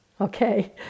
okay